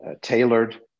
tailored